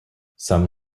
some